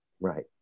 Right